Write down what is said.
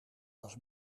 was